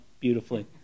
beautifully